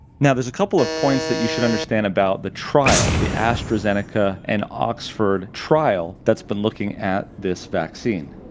now there's a couple of points that you should understand about the trial, the astrazeneca and oxford trial, that's been looking at this vaccine.